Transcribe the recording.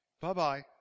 Bye-bye